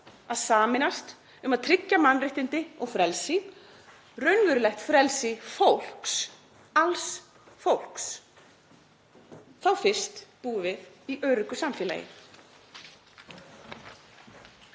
að sameinast um að tryggja mannréttindi og frelsi, raunverulegt frelsi fólks, alls fólks. Þá fyrst búum við í öruggu samfélagi.